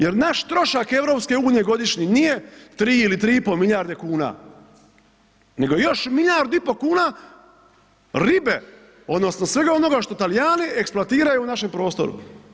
Jer naš troška EU godišnji nije 3 ili 3,5 milijarde kuna, nego još milijardu i pol kuna ribe, odnosno svega onoga što Talijani eksploatiraju u našem prostoru.